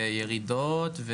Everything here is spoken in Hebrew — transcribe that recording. וירידות,